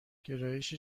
گرایش